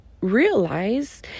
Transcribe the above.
realize